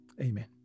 Amen